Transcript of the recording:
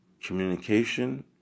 Communication